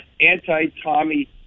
anti-Tommy